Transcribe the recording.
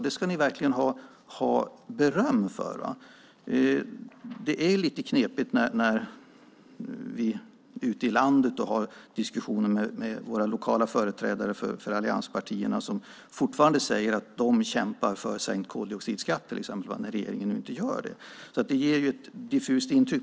Det ska ni ha beröm för. Men det blir lite knepigt när vi har diskussioner ute i landet med lokala företrädare för allianspartierna som fortfarande säger att de kämpar för sänkt koldioxidskatt - när nu regeringen inte gör det. Det ger ett diffust intryck.